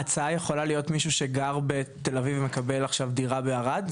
ההצעה יכולה להיות מישהו שגר בתל אביב ומקבל עכשיו דירה בערד,